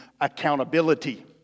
accountability